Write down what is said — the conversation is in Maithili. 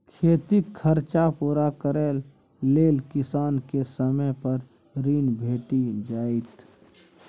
खेतीक खरचा पुरा करय लेल किसान केँ समय पर ऋण भेटि जाइए